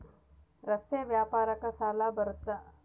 ರಸ್ತೆ ವ್ಯಾಪಾರಕ್ಕ ಸಾಲ ಬರುತ್ತಾ?